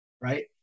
right